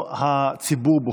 חגיגות המי-מונה.